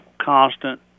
constant